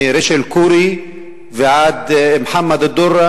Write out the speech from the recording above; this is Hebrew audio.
מרייצ'ל קורי ועד מוחמד א-דורה,